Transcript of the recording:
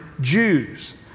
Jews